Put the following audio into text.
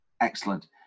excellent